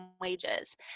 wages